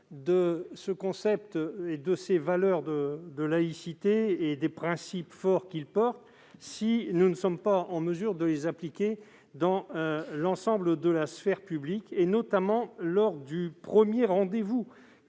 de ce concept de laïcité, de ses valeurs et des principes forts qu'il porte, si nous ne sommes pas en mesure de les appliquer dans l'ensemble de la sphère publique ? J'ai notamment à l'esprit le premier rendez-vous